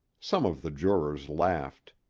some of the jurors laughed.